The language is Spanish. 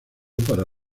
para